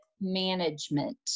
management